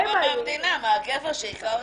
לא מהמדינה, מהגבר שהכה אותה.